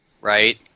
right